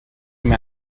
mir